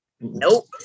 Nope